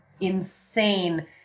insane